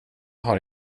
har